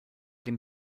dem